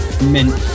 mint